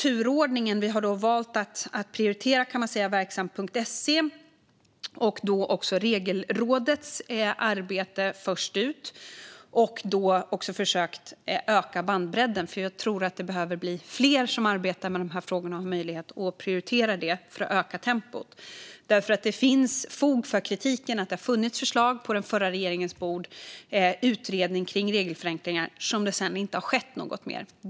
Turordningen är sådan att vi har valt att prioritera verksamt.se och Regelrådets arbete. Men vi försöker också öka bandbredden, för fler behöver arbeta med dessa frågor och ha möjlighet att prioritera detta för att öka tempot. Det finns fog för kritiken om att det har funnits utredningar och förslag på den förra regeringens bord som det inte har skett något med.